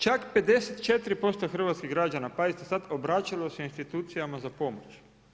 Čak 54% hrvatskih građana, pazite sad, obraćalo se institucijama za pomoć.